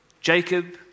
Jacob